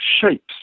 shapes